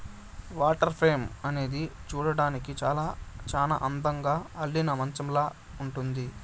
water frame అనేది చూడ్డానికి చానా అందంగా అల్లిన మంచాలాగా ఉంటుంది